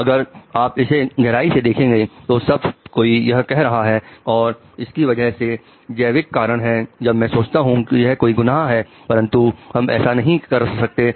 अगर आप इसे गहराई से देखेंगे तो सब कोई यह कर रहा है और इसकी वजह से जैविक कारण है तब मैं सोचता हूं की यह कोई गुनाह है परंतु हम ऐसा नहीं कर सकते हैं